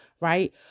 Right